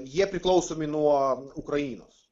jie priklausomi nuo ukrainos